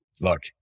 look